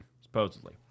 Supposedly